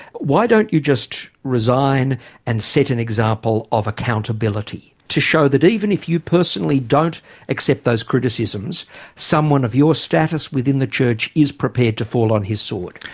why don't you just resign and set an example of accountability? to show that even if you personally don't accept those criticisms someone of your status within the church is prepared to fall on his sword.